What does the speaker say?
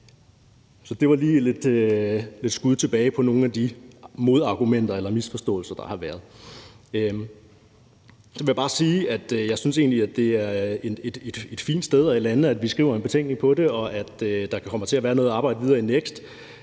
Så det var lige lidt skud tilbage på nogle af de modargumenter eller misforståelser, der har været. Så vil jeg bare sige, at jeg egentlig synes, at det er et fint sted at lande, at vi skriver en betænkning på det, og at der kommer til at være noget arbejde videre i NEKST.